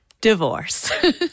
divorce